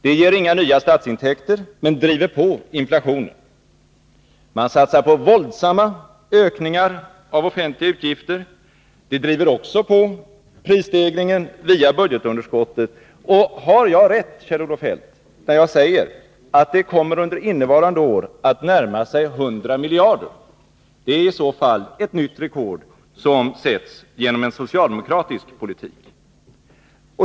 Det ger inga statsintäkter men driver på inflationen. Man satsar på våldsamma ökningar av offentliga utgifter. Det driver också på prisstegringen via budgetunderskottet. Har jag rätt, Kjell-Olof Feldt, när jag säger att detta under innevarande år kommer att närma sig 100 miljarder? Det är i så fall ett nytt rekord som sätts genom en socialdemokratisk politik.